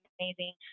amazing